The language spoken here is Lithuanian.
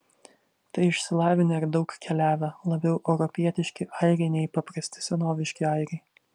tai išsilavinę ir daug keliavę labiau europietiški airiai nei paprasti senoviški airiai